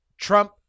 Trump